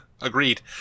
agreed